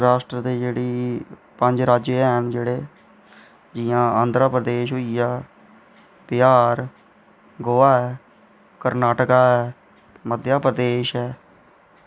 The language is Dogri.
राष्ट्र दे जेह्ड़े पंज राज्य हैन जेह्ड़े जियां आंध्र प्रदेश होई आ बिहार गोआ ऐ कर्नाटका ऐ मध्यप्रदेश ऐ